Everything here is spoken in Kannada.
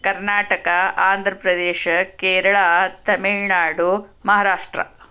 ಕರ್ನಾಟಕ ಆಂಧ್ರ ಪ್ರದೇಶ ಕೇರಳ ತಮಿಳುನಾಡು ಮಹಾರಾಷ್ಟ್ರ